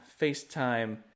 FaceTime